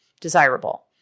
desirable